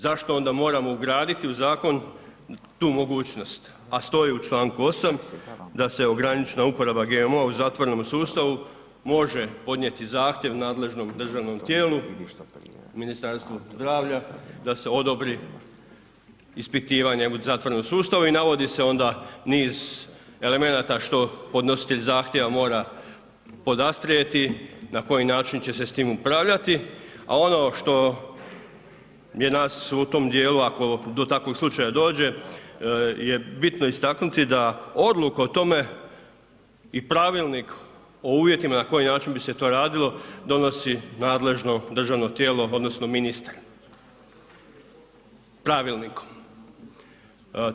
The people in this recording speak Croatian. Zašto onda moramo ugraditi u zakon tu mogućnost a stoji u članku 8. da se ograničena uporaba GMO-a u zatvorenom sustavu može podnijeti zahtjev nadležnom državnom tijelu, Ministarstvu zdravlja da se odobri ispitivanje u zatvorenom sustavu i navodi se onda niz elemenata što podnositelj zahtjeva mora podastrijeti, na koji način će se s tim upravljati a ono što je nas u tom djelu ako do takovog slučaja dođe je bitno istaknuti da odluka o tome i pravilnik o uvjetima na koji način bi se to radilo, donosi nadležno državno tijelo odnosno ministar pravilnikom.